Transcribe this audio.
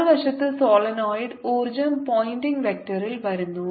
മറുവശത്ത് സോളിനോയിഡ് ഊർജ്ജം പോയിന്റിംഗ് വെക്റ്ററിൽ വരുന്നു